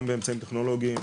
גם באמצעים טכנולוגיים,